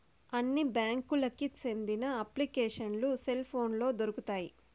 అన్ని బ్యాంకులకి సెందిన అప్లికేషన్లు సెల్ పోనులో దొరుకుతాయి